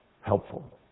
Helpful